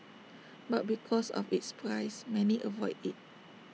but because of its price many avoid IT